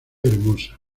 hermosa